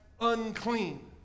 unclean